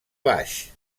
baix